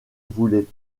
voulaient